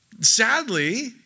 Sadly